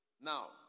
Now